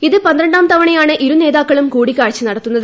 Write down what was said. ഇത് പന്ത്രണ്ടാം തവണയാണ് ഇരു നേതാക്കളും കൂടിക്കാഴ്ച നടത്തുന്നത്